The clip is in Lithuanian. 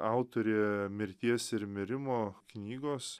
autorė mirties ir mirimo knygos